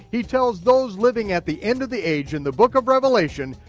he tells those living at the end of the age in the book of revelation,